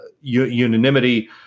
unanimity